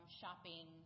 shopping